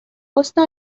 حسن